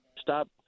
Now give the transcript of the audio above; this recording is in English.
stop